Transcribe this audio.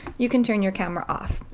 you can turn your camera off.